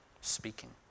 speaking